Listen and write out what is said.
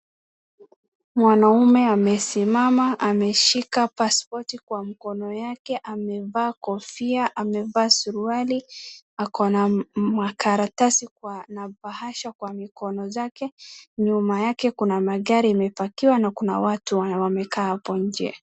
Mwanaume amesimama ameshika paspoti kwa mkono yake. Amevaa kofia. Amevaa suruali. Ako na makarataasi na bahasha kwa mikono zake. Nyuma yake kuna magari imeparkiwa na watu wamekaa hapo nje.